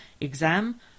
exam